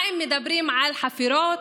מה הם מדברים על חפירות